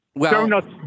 donuts